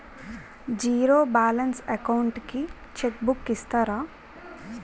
Zero balance account కి cheque book ఇస్తారా?